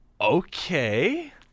Okay